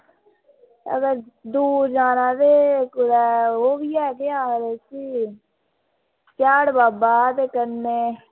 अगर दूर जाना ते कुदै ओह्बी ऐ ते ऐ उसगी स्याढ़ बावा ते कन्नै